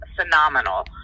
phenomenal